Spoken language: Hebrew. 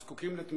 הם זקוקים לתמיכה,